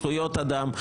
זכויות אדם,